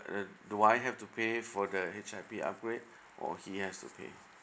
do I have to pay for the H_I_P upgrade or he has to pay